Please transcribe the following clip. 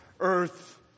earth